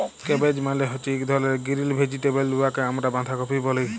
cabbage মালে হছে ইক ধরলের গিরিল ভেজিটেবল উয়াকে আমরা বাঁধাকফি ব্যলি